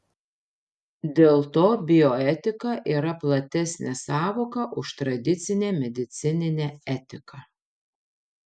dėl to bioetika yra platesnė sąvoka už tradicinę medicininę etiką